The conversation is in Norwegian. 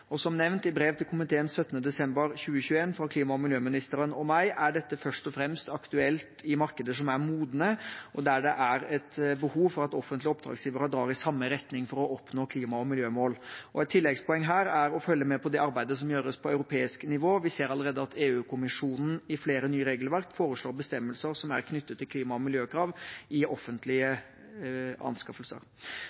Som nevnt i brev til komiteen av 17. desember 2021 fra klima- og miljøministeren og meg, er dette først og fremst aktuelt i markeder som er modne, og der det er behov for at offentlige oppdragsgivere drar i samme retning for å oppnå klima- og miljømål. Et tilleggspoeng her er å følge med på det arbeidet som gjøres på europeisk nivå. Vi ser allerede at EU-kommisjonen i flere nye regelverk foreslår bestemmelser som er knyttet til klima- og miljøkrav i offentlige